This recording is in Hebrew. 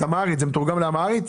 זה מתורגם לאמהרית?